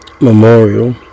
memorial